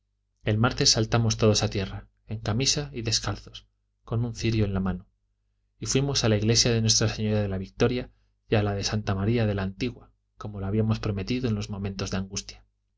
el martes saltamos todos a tierra en camisa y descalzos con un cirio en la mano y fuimos a la iglesia de nuestra señora de la victoria y a la de santa maría de la antigua como lo habíamos prometido en los momentos de angustia